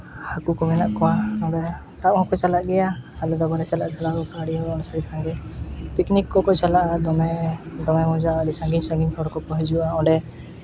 ᱦᱟᱹᱠᱩ ᱠᱚ ᱢᱮᱱᱟᱜ ᱠᱚᱣᱟ ᱚᱸᱰᱮ ᱥᱟᱵ ᱦᱚᱸ ᱠᱚ ᱪᱟᱞᱟᱜ ᱜᱮᱭᱟ ᱟᱞᱮ ᱫᱚ ᱵᱟᱞᱮ ᱪᱟᱞᱟᱜᱼᱟ ᱪᱟᱞᱟᱣ ᱦᱚᱸ ᱟᱹᱰᱤ ᱩᱱᱟᱹᱜ ᱥᱟᱺᱜᱤᱧ ᱯᱤᱠᱱᱤᱠ ᱠᱚ ᱠᱚ ᱪᱟᱞᱟᱜᱼᱟ ᱫᱚᱢᱮ ᱫᱚᱢᱮ ᱢᱚᱡᱟ ᱟᱹᱰᱤ ᱥᱟᱺᱜᱤᱧ ᱥᱟᱺᱜᱤᱧ ᱠᱷᱚᱱ ᱠᱚ ᱦᱤᱡᱩᱜᱼᱟ ᱚᱸᱰᱮ